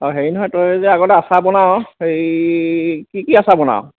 অঁ হেৰি নহয় তই যে আগতে আচাৰ বনাৱ হেৰি কি কি আচাৰ বনাৱ